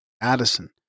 Addison